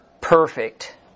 perfect